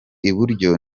iburyo